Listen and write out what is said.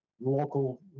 local